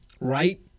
Right